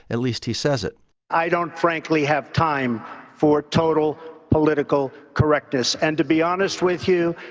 at least he says it i don't frankly have time for total political correctness. and to be honest with you,